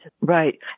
Right